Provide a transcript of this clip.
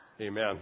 Amen